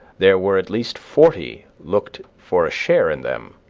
there were at least forty looked for a share in them